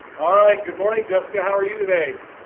alright, good morning, jessica. how are you today?